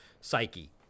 psyche